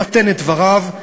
למתן את דבריו,